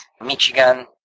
Michigan